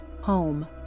home